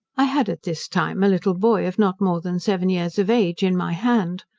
i had at this time a little boy, of not more than seven years of age, in my hand.